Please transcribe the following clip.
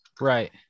Right